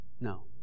No